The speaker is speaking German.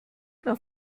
nach